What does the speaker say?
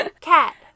Cat